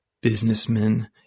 businessmen